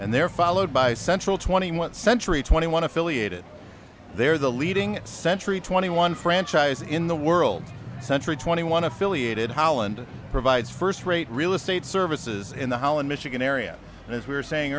and they're followed by central twenty one century twenty one affiliated they're the leading century twenty one franchise in the world century twenty one affiliated holland provides first rate real estate services in the holland michigan area and as we were saying